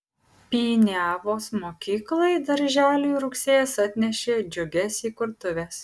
piniavos mokyklai darželiui rugsėjis atnešė džiugias įkurtuves